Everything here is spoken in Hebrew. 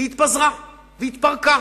והיא התפזרה, והתפרקה.